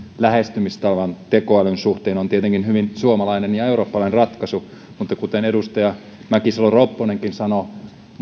lähestymistavan tekoälyn suhteen on tietenkin hyvin suomalainen ja eurooppalainen ratkaisu mutta kuten edustaja mäkisalo ropponenkin sanoi